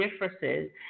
differences